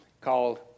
called